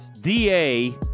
DA